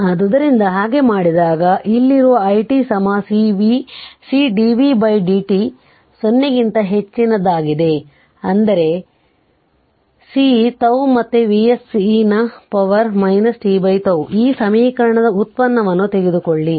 ಆದ್ದರಿಂದ ಹಾಗೆ ಮಾಡಿದಾಗ ಇಲ್ಲಿರುವ i t c dv dt 0 ಗಿಂತ ಹೆಚ್ಚಿನದಾಗಿದೆ ಅಂದರೆ c ಬಯ್ τ ಮತ್ತೆ Vs e ನ ಪವರ್ t τ ಈ ಸಮೀಕರಣದ ವ್ಯುತ್ಪನ್ನವನ್ನು ತೆಗೆದುಕೊಳ್ಳಿ